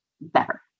better